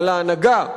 על ההנהגה,